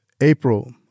April